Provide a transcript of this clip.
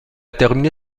terminé